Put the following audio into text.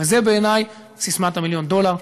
וזו בעיני ססמת המיליון דולר.